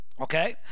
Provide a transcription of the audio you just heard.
Okay